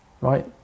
right